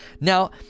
Now